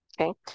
Okay